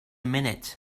minute